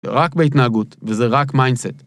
רק בהתנהגות וזה רק מיינסט.